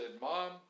Mom